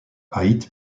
aït